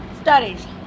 studies